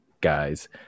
guys